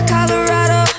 Colorado